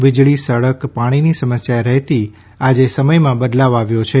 વીજળી સડક પાણીની સમસ્યા રહેતી આજે સમયમાં બદલાવ આવ્યો છે